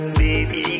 baby